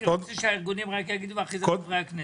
אני רוצה שהארגונים יגיבו, ואחריהם חברי הכנסת.